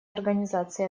организации